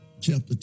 chapter